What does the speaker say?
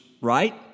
right